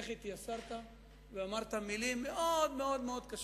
איך התייסרת ואמרת מלים מאוד מאוד קשות.